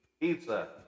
Pizza